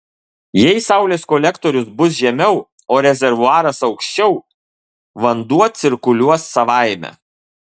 jeigu saulės kolektorius bus žemiau o rezervuaras aukščiau vanduo cirkuliuos savaime